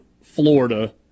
Florida